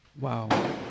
Wow